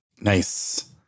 Nice